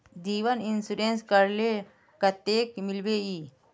जीवन इंश्योरेंस करले कतेक मिलबे ई?